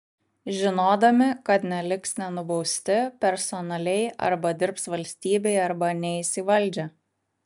žinodami kad neliks nenubausti personaliai arba dirbs valstybei arba neis į valdžią